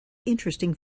interesting